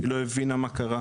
היא לא הבינה מה קרה.